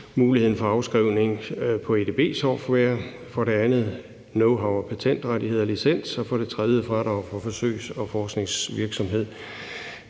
muligheden for afskrivning på edb-software, for det andet knowhow, patentrettigheder og licens og for det tredje fradrag for forsøgs- og forskningsvirksomhed.